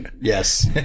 Yes